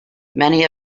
many